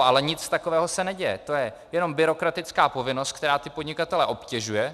Ale nic takového se neděje, to je jenom byrokratická povinnost, která ty podnikatele obtěžuje.